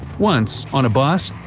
once, on a bus,